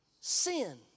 sin